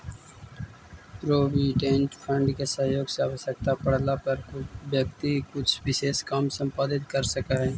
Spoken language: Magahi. प्रोविडेंट फंड के सहयोग से आवश्यकता पड़ला पर व्यक्ति कुछ विशेष काम संपादित कर सकऽ हई